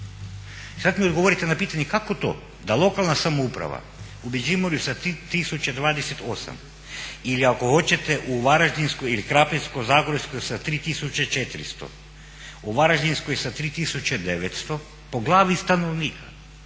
Sad mi odgovorite na pitanje kako to da lokalna samouprava u Međimurju sa 3028 ili ako hoćete u Varaždinskoj ili Krapinsko-zagorskoj sa 3400, u Varaždinskoj sa 3900 po glavi stanovnika